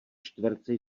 čtverce